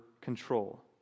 control